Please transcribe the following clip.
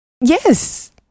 yes